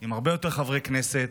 עם הרבה יותר חברי כנסת,